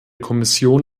kommission